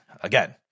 again